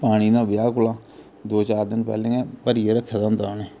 पानी तां ब्याह् कोला दो चार दिन पैह्ले गै भरियै रक्खे दा होंदा उ'नें